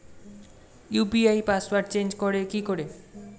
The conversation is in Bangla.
ইউ.পি.আই পাসওয়ার্ডটা চেঞ্জ করে কি করে?